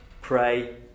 pray